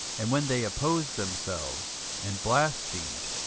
and when they opposed themselves, and blasphemed,